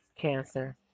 Cancer